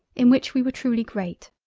in which we were truly great.